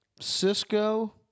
Cisco